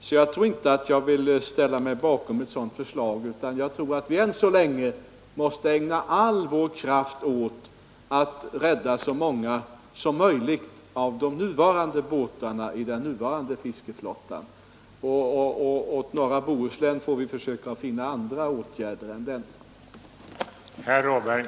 Därför tror jag inte att jag vill ställa mig bakom ett sådant förslag, utan jag tror att vi än så länge måste ägna all vår kraft åt att rädda så många som möjligt av de nuvarande båtarna i fiskeflottan, och för norra Bohuslän får vi försöka finna andra åtgärder än denna.